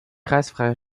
kreisfreie